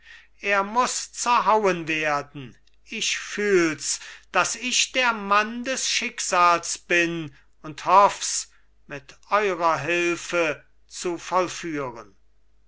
er muß zerhauen werden ich fühls daß ich der mann des schicksals bin und hoffs mit eurer hilfe zu vollführen